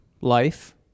Life